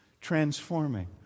Transforming